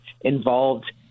involved